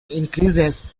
increases